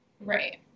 Right